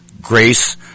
grace